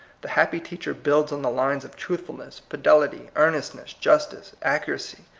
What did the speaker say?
the happy teacher builds on the lines of truth fulness, fidelity, earnestness, justice, accu racy,